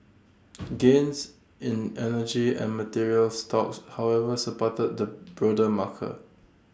gains in energy and materials stocks however supported the broader marker